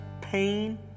pain